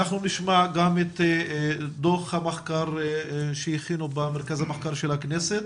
אנחנו נשמע גם את דו"ח המחקר שהכינו במרכז המחקר והמידע של הכנסת